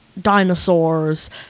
dinosaurs